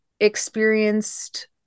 experienced